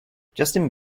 justin